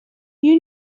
you